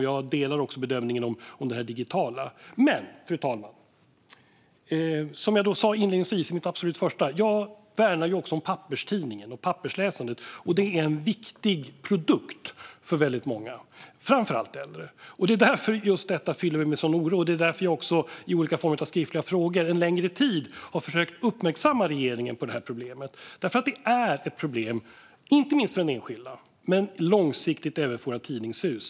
Jag delar också bedömningen om det digitala. Fru talman! Som jag sa inledningsvis i mitt första anförande värnar jag också om papperstidningen och papperstidningsläsandet. Det är en viktig produkt för väldigt många, framför allt äldre. Det är därför detta fyller mig med en sådan stor oro. Det är också därför jag i olika former av skriftliga frågor under en längre tid har försökt uppmärksamma regeringen på problemet. Det är ett problem inte minst för den enskilda men långsiktigt även för våra tidningshus.